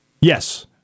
yes